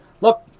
Look